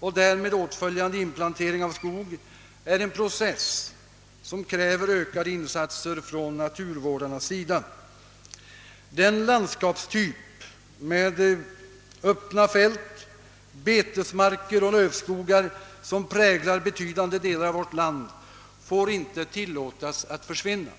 och därmed följande inplantering av skog är en process som kräver ökade insatser från naturvårdarnas sida. Den landskapstyp med öppna fält, betesmarker och lövskogar som präglar betydande delar av vårt land får inte försvinna.